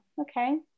okay